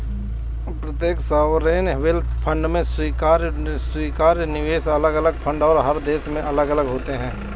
प्रत्येक sovereign wealth fund में स्वीकार्य निवेश अलग अलग फंड और हर देश में अलग अलग होते हैं